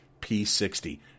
P60